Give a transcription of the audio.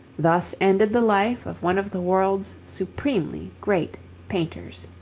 thus ended the life of one of the world's supremely great painters.